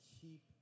keep